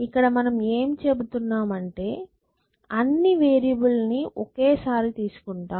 ఇక్కడ మనం ఏమి చెబుతున్నాం అంటే అన్ని వేరియబుల్ లని ఒకేసారి తీసుకుంటాం